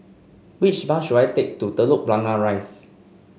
which bus should I take to Telok Blangah Rise